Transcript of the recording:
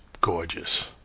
gorgeous